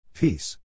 Peace